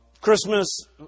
Christmas